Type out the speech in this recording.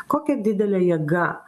kokia didelė jėga